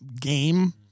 game